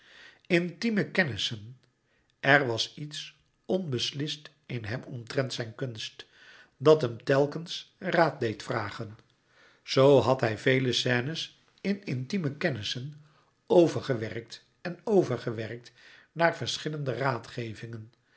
intieme kennissen er was iets onbeslists in hem omtrent zijn kunst dat hem telkens raad deed vragen zoo had hij vele scènes in intieme kennissen overgewerkt en overgewerkt naar verschillende raadgevingen